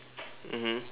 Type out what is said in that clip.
mmhmm